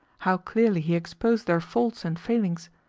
how clearly he exposed their faults and failings!